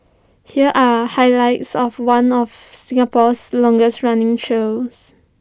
here are highlights of one of Singapore's longest running shows